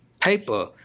paper